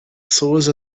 pessoas